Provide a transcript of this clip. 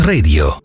Radio